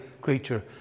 creature